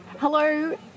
Hello